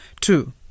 two